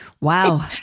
Wow